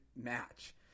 match